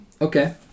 Okay